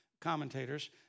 commentators